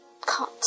caught